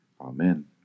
Amen